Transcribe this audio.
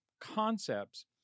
concepts